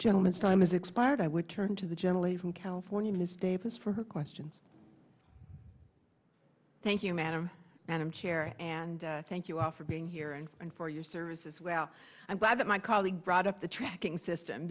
gentlemen so i'm as expired i would turn to the generally from california ms davis for her questions thank you madam and chair and thank you all for being here and and for your service as well i'm glad that my colleague brought up the tracking system